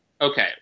Okay